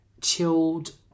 chilled